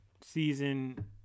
season